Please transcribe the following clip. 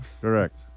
Correct